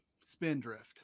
Spindrift